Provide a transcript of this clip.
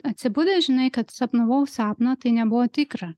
atsibudęs žinai kad sapnavau sapną tai nebuvo tikra